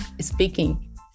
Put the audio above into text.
speaking